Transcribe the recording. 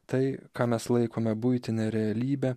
tai ką mes laikome buitine realybe